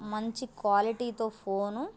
మంచి క్వాలిటీతో ఫోను